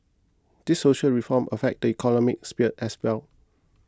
these social reforms affect the economic sphere as well